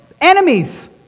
enemies